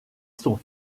sont